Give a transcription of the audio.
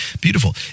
beautiful